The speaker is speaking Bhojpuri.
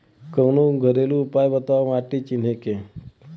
कवनो घरेलू उपाय बताया माटी चिन्हे के?